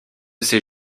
s’est